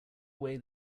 away